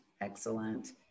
excellent